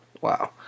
Wow